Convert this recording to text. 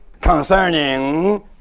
concerning